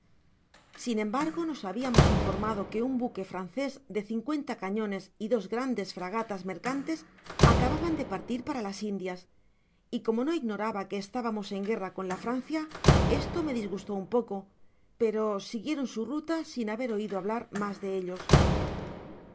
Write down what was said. sin embargo nos habiamos informado que un buque francés de cincuenta cañones y dos grandes fragatas mercantes acababan de partir para las indias y como no ignoraba que estábamos en guerra con la francia esto me disgustó un poco pero siguieron su ruta sin haber oido hablar mas de elios